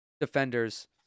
defenders